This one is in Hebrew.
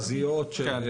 2013?